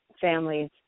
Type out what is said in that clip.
families